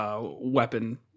weapon